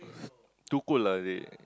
too cold ah is it